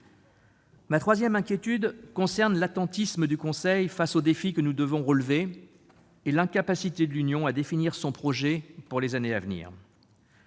Ma troisième inquiétude concerne l'attentisme du Conseil face aux défis que nous devons relever et l'incapacité de l'Union à définir son projet pour les années à venir.